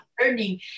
learning